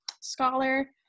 scholar